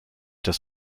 des